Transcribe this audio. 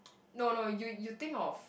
no no you you think of